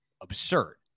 absurd